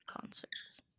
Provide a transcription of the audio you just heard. concerts